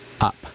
up